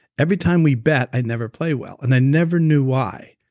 every time we bet i never play well and i never knew why.